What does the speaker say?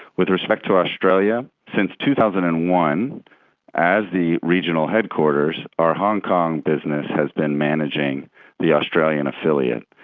with respect to australia, since two thousand and one as the regional headquarters our hong kong business has been managing the australian affiliate.